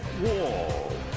Wall